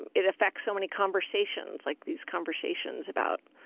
and it affects so many conversations, like these conversations about